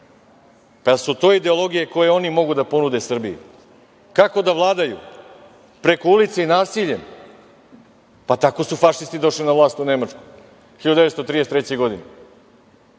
li su to ideologije koje oni mogu da ponude Srbiji? Kako da vladaju? Preko ulice i nasiljem? Tako su fašisti došli na vlast u Nemačkoj 1933. godine. Onda